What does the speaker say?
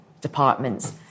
departments